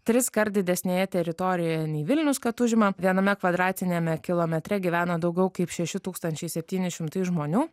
triskart didesnėje teritorijoje nei vilnius kad užima viename kvadratiniame kilometre gyvena daugiau kaip šeši tūkstančiai septyni šimtai žmonių